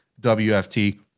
WFT